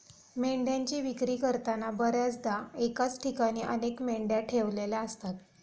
मेंढ्यांची विक्री करताना बर्याचदा एकाच ठिकाणी अनेक मेंढ्या ठेवलेल्या असतात